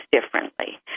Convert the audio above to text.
differently